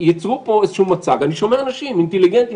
הציגו פה איזשהו מצג אני שומע אנשים אינטליגנטים,